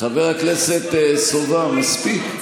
חבר הכנסת סובה, מספיק.